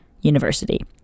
university